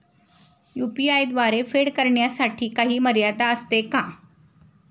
UPI द्वारे फेड करण्यासाठी काही मर्यादा असते का?